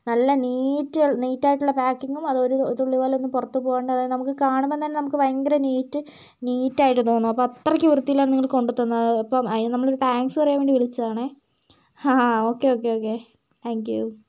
നല്ല neat neat ആയിട്ടുള്ള പാക്കിംഗും അത് ഒരു തുള്ളി പോലും പുറത്തു പോകാണ്ട് അതായത് നമുക്ക് കാണുമ്പം തന്നെ ഭയങ്കര നീറ്റ് നീറ്റ് ആയിട്ട് തോന്നും അപ്പം അത്രയ്ക്കും വൃത്തിയായിട്ടാണ് നിങ്ങൾ കൊണ്ട് തന്നത് അപ്പോൾ അതിനൊരു താങ്ക്സ് പറയാൻ വേണ്ടി വിളിച്ചതാണേ ആ ഓക്കേ ഓക്കേ ഓക്കേ താങ്ക്യൂ